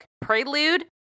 prelude